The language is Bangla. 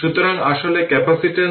সুতরাং τ 2 সেকেন্ড